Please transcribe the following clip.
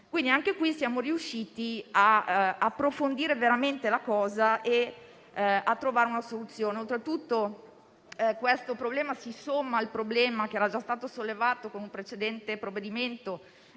Anche qui siamo riusciti ad approfondire veramente la questione e a trovare una soluzione. Oltretutto, questo si somma all'altro problema - che era già stato sollevato con un precedente provvedimento